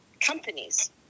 companies